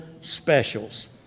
specials